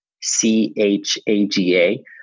C-H-A-G-A